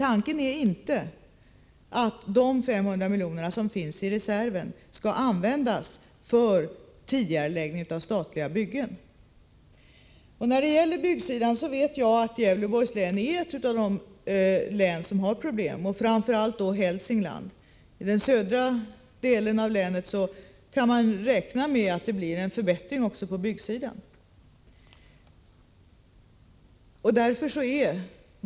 Tanken är inte att de 500 milj.kr. som finns i reserven skall användas för tidigareläggning av statliga byggen. När det gäller byggsidan vet jag att Gävleborgs län är ett av de län som har problem, framför allt Hälsingland. I den södra delen av länet kan man räkna med att det blir en förbättring också på byggsidan.